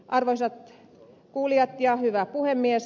arvoisat kuulijat ja hyvä puhemies